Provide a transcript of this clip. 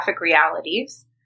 realities